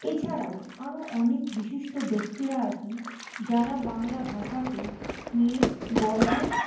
এছাড়াও আরও অনেক বিশিষ্ট ব্যাক্তিরা আছেন যারা বাংলা ভাষাকে নিয়ে গর্ব